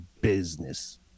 business